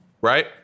Right